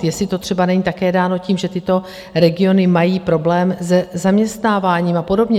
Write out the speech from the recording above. Jestli to třeba není také dáno tím, že tyto regiony mají problém se zaměstnáváním a podobně.